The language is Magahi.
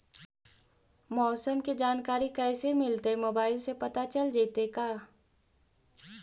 मौसम के जानकारी कैसे मिलतै मोबाईल से पता चल जितै का?